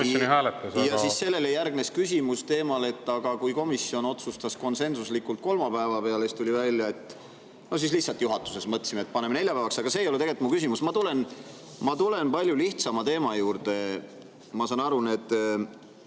muust? Sellele järgnes küsimus teemal, et kuigi komisjon otsustas konsensuslikult panna selle kolmapäeva peale, tuli välja, et no lihtsalt juhatuses mõtlesime, et paneme neljapäevaks. Aga see ei ole tegelikult mu küsimus. Ma tulen palju lihtsama teema juurde. Ma saan aru, need